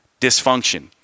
dysfunction